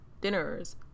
dinners